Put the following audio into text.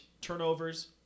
turnovers